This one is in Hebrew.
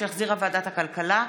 שהחזירה ועדת הכלכלה,